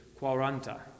quaranta